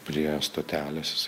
prie stotelės jis